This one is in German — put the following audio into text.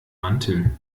mantel